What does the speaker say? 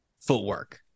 footwork